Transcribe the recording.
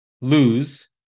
lose